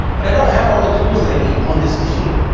but i don't have all the tools that i need on this machine.